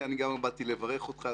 גם אני באתי לברך אותך.